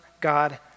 God